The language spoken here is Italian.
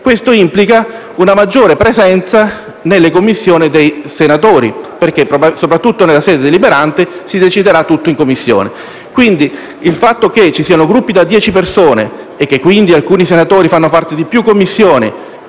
- ciò implica una maggiore presenza in Commissione dei senatori perché, soprattutto nella sede deliberante, si deciderà tutto in Commissione. Quindi, il fatto che ci siano Gruppi composti da 10 persone e che quindi alcuni senatori facciano parte di più Commissioni